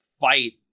fight